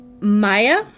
Maya